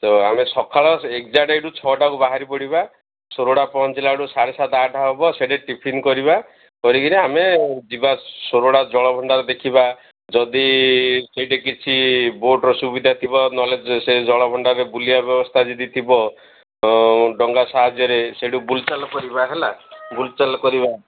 ତ ଆମେ ସକାଳ ଏକଜାଟ ଏଇଠୁ ଛଅଟାକୁ ବାହାରି ପଡ଼ିବା ସୋରଡ଼ା ପହଞ୍ଚିଲା ବେଳକୁ ସାତ ଆଠ ହେବ ସେଇଠି ଟିଫିନ କରିବା କରିକିରି ଆମେ ଯିବା ସୋରଡ଼ା ଜଳଭଣ୍ଡାର ଦେଖିବା ଯଦି ସେଇଠି କିଛି ବୋଟର ସୁବିଧା ଥିବ ନହେଲେ ସେ ଜଳଭଣ୍ଡାରରେ ବୁଲିବା ବ୍ୟବସ୍ଥା ଯଦି ଥିବ ତ ଡଙ୍ଗା ସାହାଯ୍ୟରେ ସେଇଠି ବୁଲଚାଲ କରିବା ହେଲାବୁଲଚାଲ କରିବା